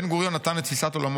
"בן-גוריון נתן את תפיסת עולמו